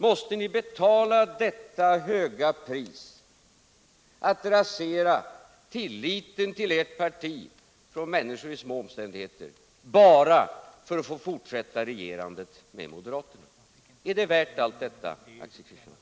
Måste ni betala detta höga pris — att rasera tilliten för ert parti hos människor i små omständigheter — bara för att få fortsätta regerandet tillsammans med moderaterna? Är det värt allt detta, Axel Kristiansson?